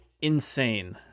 insane